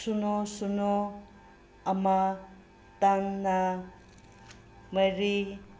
ꯁꯤꯅꯣ ꯁꯤꯅꯣ ꯑꯃ ꯇꯥꯡꯅ ꯃꯔꯤ